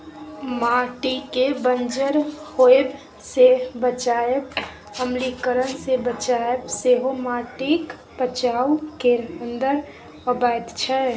माटिकेँ बंजर होएब सँ बचाएब, अम्लीकरण सँ बचाएब सेहो माटिक बचाउ केर अंदर अबैत छै